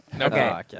Okay